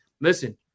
Listen